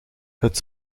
het